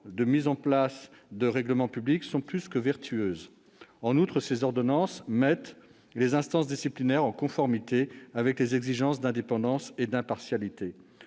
la mise en place de règlements publics sont plus que vertueuses. En outre, ces ordonnances mettent les instances disciplinaires en conformité avec les exigences d'indépendance et d'impartialité.